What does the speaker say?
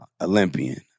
Olympian